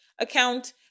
account